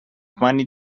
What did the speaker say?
money